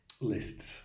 lists